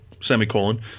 semicolon